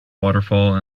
waterfall